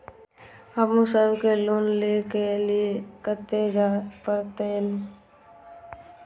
हमू सब के लोन ले के लीऐ कते जा परतें?